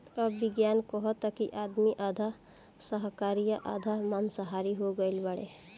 अब विज्ञान कहता कि आदमी आधा शाकाहारी आ आधा माँसाहारी हो गईल बाड़े